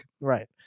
Right